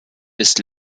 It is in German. ist